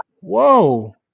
Whoa